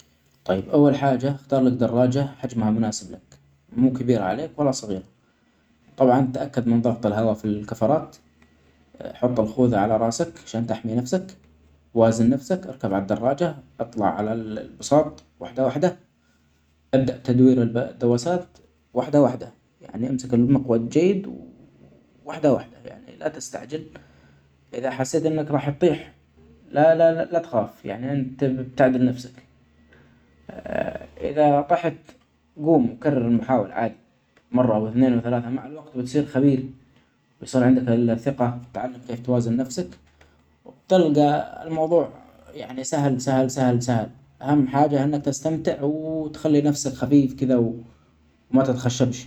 طيب أول حاجة أختارلك دراجه حجمها مناسب لك ،مو كبيرة عليك ولا صغيرة ، طبعا تأكد من ضغط الهوا في الكفرات ،حط الخوذه علي راسك ،عشان تحمي نفسك ،وازن نفسك أركب عالدراجه ،اطلع على ال-البساط واحدة واحدة .ابدأ تدوير الدواسات واحدة واحدة ،يعني امسك المقود جيد واحدة واحدة ،ييعني لاتستعجل اذا حسيت انك راح تطيح لا لا لا لا تخاف يعني تع-تعدل نفسك اذا طحت جوم وكرر المحاولة عادي مرة واثنين وثلاثة مع الوقت بتصير خبير وبيصيرعندك الثقة تعلم كيف توازن نفسك وتلجي الموضوع يعني سهل سهل سهل سهل اهم حاجة انك تستمتع ووتخلي نفسك خفيف كده وما تتخشبش.